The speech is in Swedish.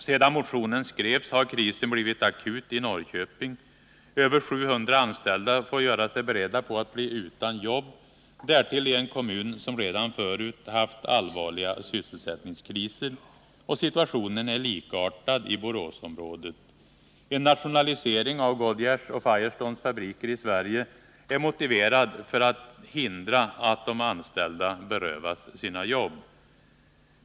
Sedan motionen skrevs har krisen blivit akut i Norrköping. Över 700 anställda får göra sig beredda på att bli utan jobb, därtill i en kommun som redan förut haft allvarliga sysselsättningskriser. Situationen är likartad i Boråsområdet. En nationalisering av Goodyears och Firestones fabriker i Sverige är motiverad för att hindra att de anställda berövas sina jobb.